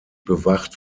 bewacht